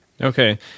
Okay